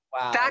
Wow